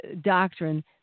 doctrine